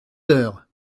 heures